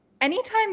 anytime